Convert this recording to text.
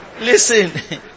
Listen